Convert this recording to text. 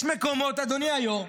יש מקומות, אדוני היו"ר,